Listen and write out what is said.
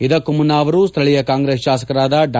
ಇದಕ್ಕೂ ಮುನ್ನ ಅವರು ಸ್ಥಳೀಯ ಕಾಂಗ್ರೆಸ್ ಶಾಸಕರಾದ ಡಾ